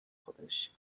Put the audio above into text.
خودش